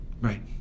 Right